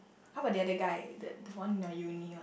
how about the other guy the the one in your uni one